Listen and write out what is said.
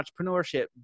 entrepreneurship